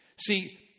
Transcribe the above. See